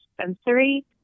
sensory